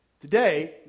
Today